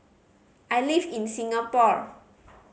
I live in Singapore